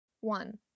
One